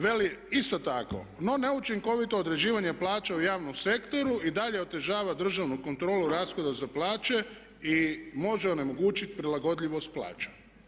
Veli isto tako no neučinkovito određivanje plaća u javnom sektoru i dalje otežava državnu kontrolu rashoda za plaće i može onemogućiti prilagodljivost plaća.